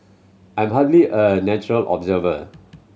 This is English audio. I am hardly a neutral observer